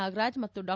ನಾಗರಾಜ್ ಮತ್ತು ಡಾ